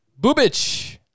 Bubich